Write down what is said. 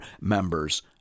members